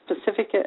specific